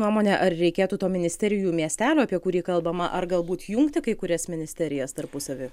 nuomone ar reikėtų to ministerijų miestelio apie kurį kalbama ar galbūt jungti kai kurias ministerijas tarpusavy